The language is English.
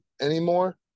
anymore